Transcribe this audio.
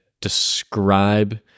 describe